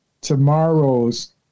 tomorrow's